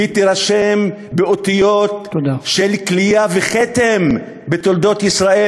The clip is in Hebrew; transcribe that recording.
והיא תירשם באותיות של כליה וכתם בתולדות ישראל,